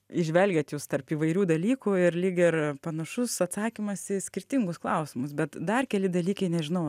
įžvelgiat jūs tarp įvairių dalykų ir lyg ir panašus atsakymas į skirtingus klausimus bet dar keli dalykai nežinau